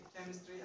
chemistry